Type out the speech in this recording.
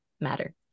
matter